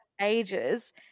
ages